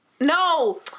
No